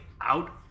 out